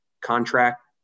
contract